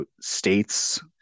states